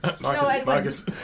Marcus